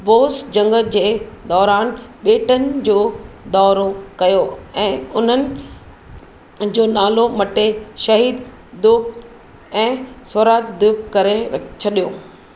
बोस जंग जे दौरान बेटन जो दौरो कयो ऐं उन्हनि जो नालो मटे शहीद द्वीप ऐं स्वराज द्वीप करे छडि॒यो